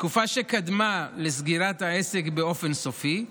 בתקופה שקדמה לסגירת העסק באופן סופי.